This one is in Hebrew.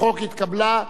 שעליו הצביעה הכנסת.